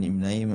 אין נמנעים.